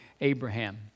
Abraham